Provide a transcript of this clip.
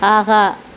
ஆஹா